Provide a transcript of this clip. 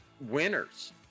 winners